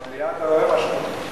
במליאה אתה רואה מה קורה.